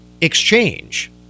exchange